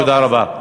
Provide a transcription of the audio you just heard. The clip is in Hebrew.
תודה רבה.